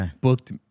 booked